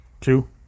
two